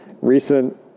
recent